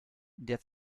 der